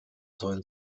sollen